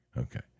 Okay